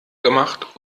gemacht